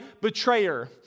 betrayer